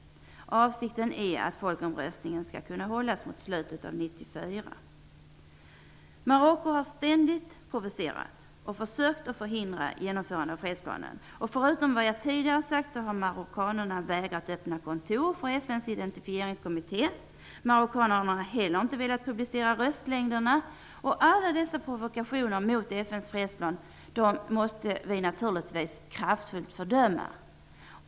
Avsikten är att folkomröstningen skall kunna hållas mot slutet av 1994. Marocko har ständigt provocerat och försökt förhindra genomförande av fredsplanen. Förutom vad jag tidigare sagt har marockanerna vägrat öppna kontor för FN:s identifieringskommitté. Marockanerna har inte heller velat publicera röstlängderna. Alla dessa provokationer mot FN:s fredsplan måste vi naturligtvis kraftfullt fördöma.